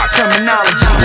Terminology